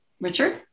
Richard